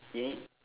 you need